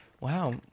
Wow